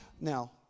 Now